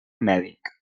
mèdic